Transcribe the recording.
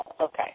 Okay